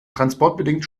transportbedingt